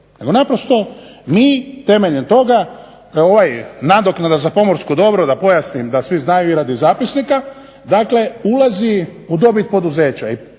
naprosto mi temeljem toga nadoknada za pomorsko dobro da pojasnim da svi znaju i radi zapisnika, dakle ulazi u dobit poduzeća.